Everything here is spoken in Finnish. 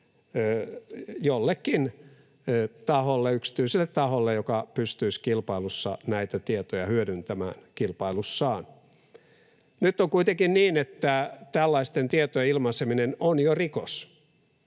jollekin taholle, yksityiselle taholle, joka pystyisi kilpailussaan näitä tietoja hyödyntämään. Nyt on kuitenkin niin, että tällaisten tietojen ilmaiseminen on jo rikos.